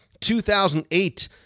2008